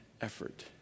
effort